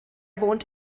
wohnt